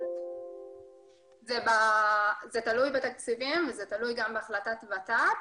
זה תלוי בתקציבים וזה תלוי גם בהחלטת ות"ת,